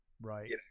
right